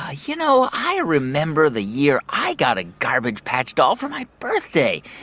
ah you know, i remember the year i got a garbage patch doll for my birthday.